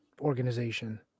organization